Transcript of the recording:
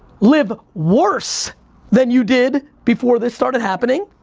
live worse than you did before this started happening,